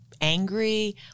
angry